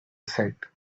said